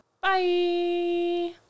Bye